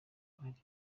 ari